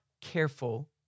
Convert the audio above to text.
careful